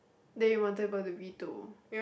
they wanted go to B two